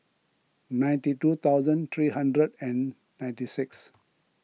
ninety two thousand three hundred and ninety six